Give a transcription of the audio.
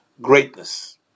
greatness